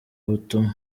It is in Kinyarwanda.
butumwa